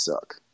suck